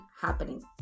happening